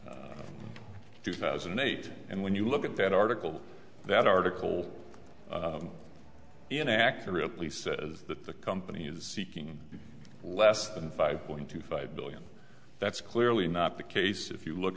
of two thousand and eight and when you look at that article that article inaccurately says that the company is seeking less than five point two five billion that's clearly not the case if you look